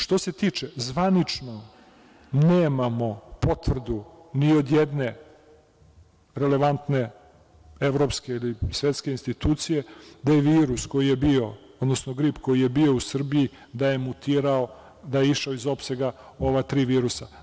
Što se tiče, zvanično nemamo potvrdi ni od jedne relevantne evropske ili svetske institucije da je virus koji je bio, odnosno grip koji je bio u Srbiji, da je mutirao, da je išao iz opsega ova tri virusa.